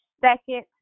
second